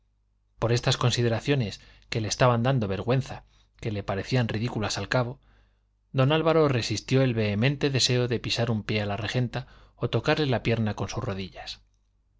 por estas consideraciones que le estaban dando vergüenza que le parecían ridículas al cabo don álvaro resistió el vehemente deseo de pisar un pie a la regenta o tocarle la pierna con sus rodillas